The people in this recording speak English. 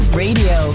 radio